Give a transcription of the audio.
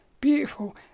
Beautiful